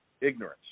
ignorance